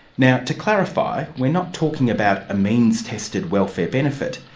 now to clarify, we're not talking about a means-tested welfare benefit.